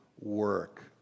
work